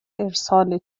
ارسال